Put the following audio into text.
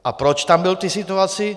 A proč tam byl v té situaci?